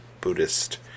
Buddhist